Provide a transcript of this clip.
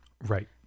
Right